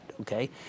Okay